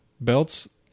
belts